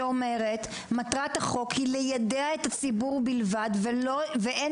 שאומרת מטרת החוק היא ליידע את הציבור בלבד ואין